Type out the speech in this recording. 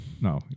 No